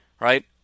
right